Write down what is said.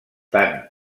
tant